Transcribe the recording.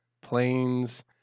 planes